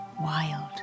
wild